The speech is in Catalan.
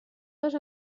dos